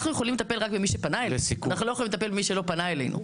אנחנו יכולים לטפל רק במי שפנה אלינו.